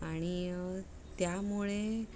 आणि त्यामुळे